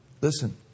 Listen